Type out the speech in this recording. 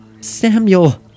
Samuel